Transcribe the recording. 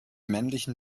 männlichen